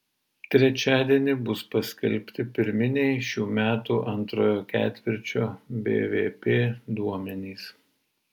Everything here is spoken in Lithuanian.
trečiadienį bus paskelbti pirminiai šių metų antrojo ketvirčio bvp duomenys